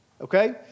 okay